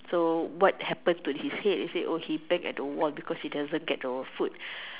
so what happened to his head he say oh he Bang at the wall because he doesn't get your food